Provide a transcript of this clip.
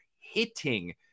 hitting